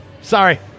Sorry